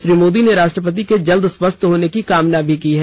श्री मोदी ने राष्ट्रपति के जल्द स्वस्थ होने की कामना की है